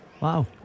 Wow